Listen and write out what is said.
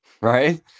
right